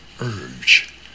urge